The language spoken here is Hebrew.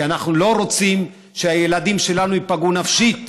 כי אנחנו לא רוצים שהילדים שלנו ייפגעו נפשית.